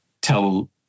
tell